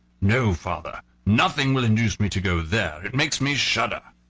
no, father nothing will induce me to go there, it makes me shudder!